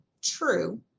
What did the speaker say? True